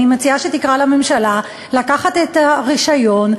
אני מציעה שתקרא לממשלה לקחת את הרישיון לחברות.